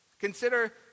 Consider